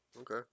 Okay